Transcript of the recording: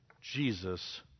Jesus